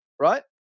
Right